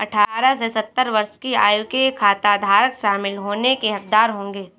अठारह से सत्तर वर्ष की आयु के खाताधारक शामिल होने के हकदार होंगे